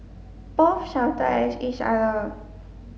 both shouted at each other